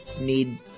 need